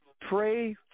pray